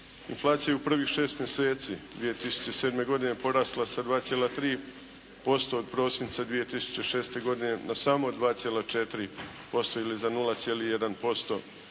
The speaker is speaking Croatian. Inflacija u prvih šest mjeseci 2007. godine porasla sa 2,3% od prosinca 2006. godine na samo 2,4% ili za 0,1%